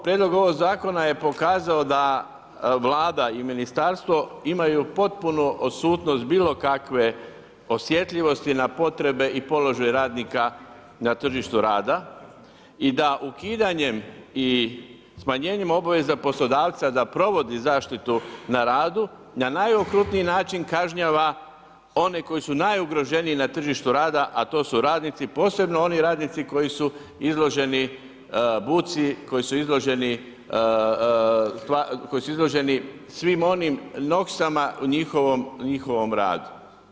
Prijedlog ovog zakona je pokazao da Vlada i ministarstvo imaju potpunu odsutnost bilo kakve osjetljivosti na potrebe i položaj radnika na tržištu rada i da ukidanjem i smanjenjem obaveza poslodavca da provodi zaštitu na radu, na najokrutniji način kažnjava one koji su najugroženiji na tržištu rada, a to su radnici i posebno oni radnici koji su izloženi buci, koji su izloženi svim onim … u njihovom radu.